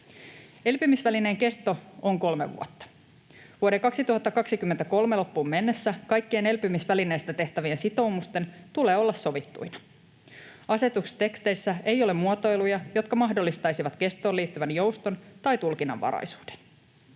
Elpymisvälineen kesto on kolme vuotta. Vuoden 2023 loppuun mennessä kaikkien elpymisvälineestä tehtävien sitoumusten tulee olla sovittuina. Asetusteksteissä ei ole muotoiluja, jotka mahdollistaisivat kestoon liittyvän jouston tai tulkinnanvaraisuuden.